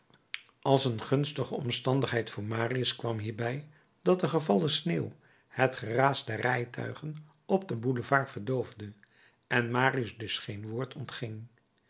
als een gunstige omstandigheid voor marius kwam hierbij dat de gevallen sneeuw het geraas der rijtuigen op den boulevard verdoofde en marius dus geen woord ontging